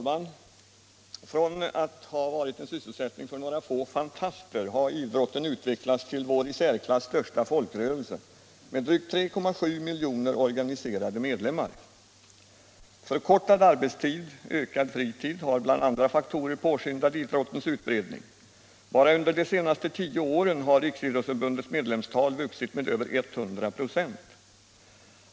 Herr talman! Från att ha varit en sysselsättning för några få fantaster har idrotten utvecklats till vår i särklass största folkrörelse med drygt 3,7 miljoner organiserade medlemmar. Förkortad arbetstid och ökad fritid har bland andra faktorer påskyndat idrottens utbredning. Bara under de senaste tio åren har Riksidrottsförbundets medlemstal vuxit med över 100 96.